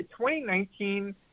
2019